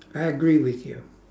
I agree with you